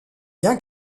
bien